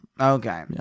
Okay